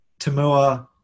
Tamua